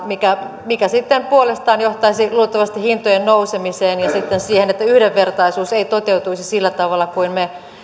mikä mikä sitten puolestaan johtaisi luultavasti hintojen nousemiseen ja sitten siihen että yhdenvertaisuus ei toteutuisi sillä tavalla kuin me